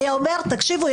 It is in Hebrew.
היה אומר: תקשיבו,